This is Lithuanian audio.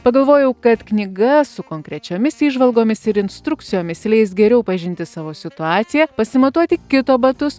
pagalvojau kad knyga su konkrečiomis įžvalgomis ir instrukcijomis leis geriau pažinti savo situaciją pasimatuoti kito batus